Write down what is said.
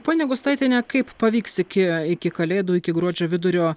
ponia gustaitiene kaip pavyks iki iki kalėdų iki gruodžio vidurio